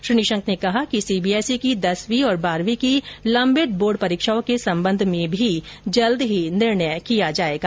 श्री निशंक ने कहा कि सीबीएसई की दसवीं और बारहवीं की लंबित बोर्ड परीक्षाओं के संबंध में भी जल्दी ही निर्णय लिया जाएगा